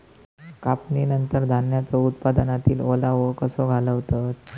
कापणीनंतर धान्यांचो उत्पादनातील ओलावो कसो घालवतत?